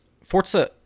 Forza